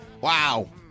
Wow